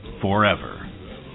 forever